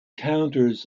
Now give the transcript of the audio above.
counters